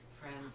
friends